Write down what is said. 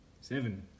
Seven